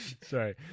Sorry